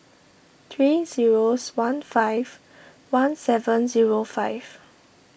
three zero one five one seven zero five